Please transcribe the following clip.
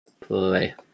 play